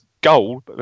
goal